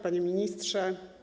Panie Ministrze!